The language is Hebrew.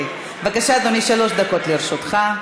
בבקשה, אדוני, שלוש דקות לרשותך.